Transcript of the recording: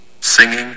singing